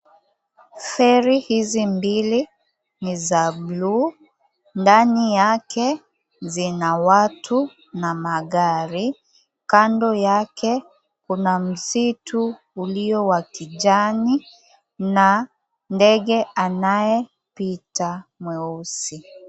Feri hizi mbili ni za blue , ndani yake zina watu na magari. Kando yake kuna misitu ulio wa kijani na ndege anayepita mweusi.